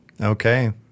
Okay